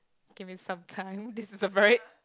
give me some time this is a very